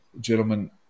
gentlemen